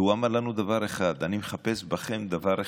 והוא אמר לנו דבר אחד: אני מחפש בכם דבר אחד: